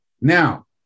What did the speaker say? Now